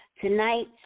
tonight